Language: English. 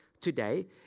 today